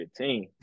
15